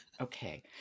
Okay